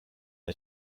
the